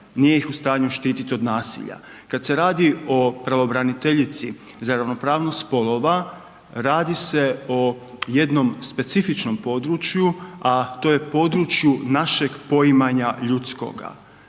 nije ih u stanju štititi od nasilja. Kada se radi o pravobraniteljici za ravnopravnost spolova radi se o jednom specifičnom području, a to je području našeg poimanja ljudskoga.